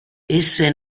esse